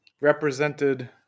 represented